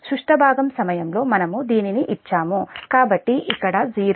సుష్ట భాగం సమయంలో మనము దీనిని ఇచ్చాము కాబట్టి ఇక్కడ 0 ఉంచండి